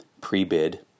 pre-bid